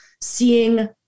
seeing